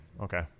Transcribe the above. Okay